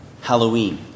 Halloween